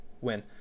Win